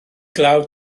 glaw